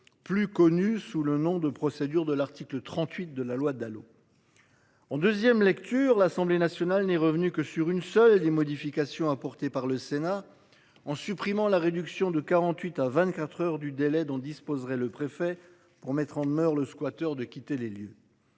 plus connu sous le nom de procédure de l'article 38 de la loi Dalo. En deuxième lecture, l'Assemblée nationale n'est revenu que sur une seule et des modifications apportées par le Sénat en supprimant la réduction de 48 à 24h du délai dont disposerait le préfet pour mettre en demeure le squatteur de quitter les lieux.